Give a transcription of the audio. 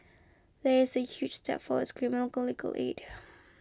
that's a huge step forwards criminal legal aid